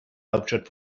hauptstadt